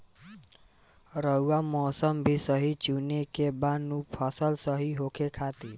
रऊआ मौसम भी सही चुने के बा नु फसल सही होखे खातिर